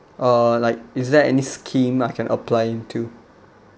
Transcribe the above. uh like is there any scheme I can apply to